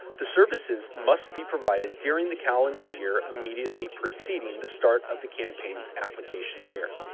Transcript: the services must be provided during the calendar year immediately preceding the start of the campaign's application year.